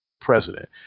president